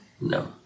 No